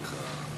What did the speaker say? אחר כך?